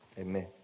amen